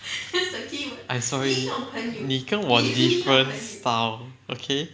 I'm sorry 你跟我 different style okay